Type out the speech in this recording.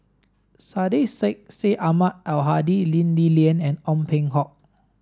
Syed Sheikh Syed Ahmad Al Hadi Lee Li Lian and Ong Peng Hock